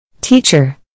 Teacher